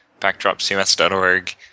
BackdropCMS.org